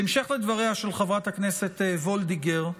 בהמשך לדבריה של חברת הכנסת וולדיגר,